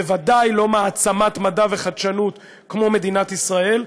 בוודאי לא מעצמת מדע וחדשנות כמו מדינת ישראל.